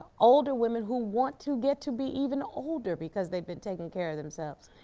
older women who want to get to be even older because they've been taking care of themselves.